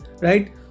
right